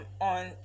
on